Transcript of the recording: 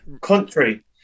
Country